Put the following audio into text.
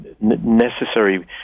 necessary